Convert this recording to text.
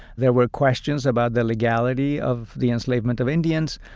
there were questions about the legality of the enslavement of indians.